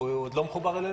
הוא עוד לא מחובר אלינו?